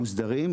מוסדרים,